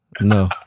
No